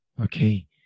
Okay